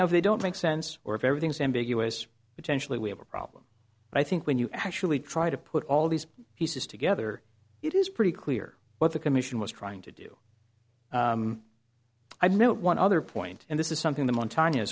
if they don't make sense or if everything is ambiguous potentially we have a problem i think when you actually try to put all these pieces together it is pretty clear what the commission was trying to do i know one other point and this is something the montan